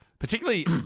Particularly